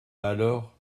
alors